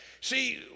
See